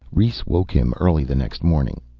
rhes woke him early the next morning.